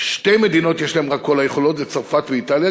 רק שתי מדינות יש להן כל היכולות: צרפת ואיטליה.